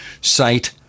site